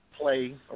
play